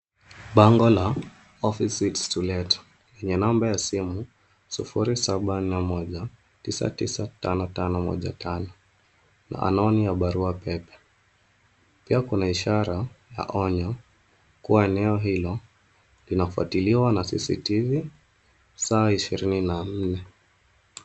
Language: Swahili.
Bango la Office Suites To Let yenye namba ya simu, sufuri saba nne moja, tisa tisa tano tano moja tano, na anwani ya barua pepe. Pia kuna ishara, ya onyo, kuwa eneo hilo, linafuatiliwa na CCTV , saa ishirini na nne.